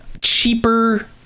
cheaper